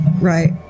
Right